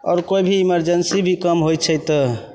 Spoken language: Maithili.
आओर कोइ भी इमरजेन्सी भी काम होइ छै तऽ